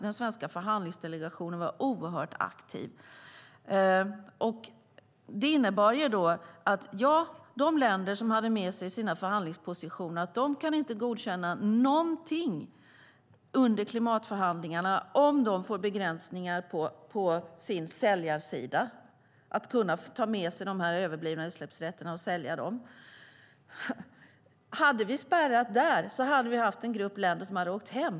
Den svenska förhandlingsdelegationen var mycket aktiv. Detta innebar att de länder som hade med sig sina förhandlingspositioner inte kunde godkänna någonting under klimatförhandlingarna om de fick begränsningar på sin säljarsida, det vill säga att inte få ta med sig de överblivna utsläppsrätterna och sälja dem. Hade vi spärrat där hade en grupp länder åkt hem.